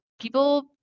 people